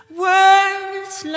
words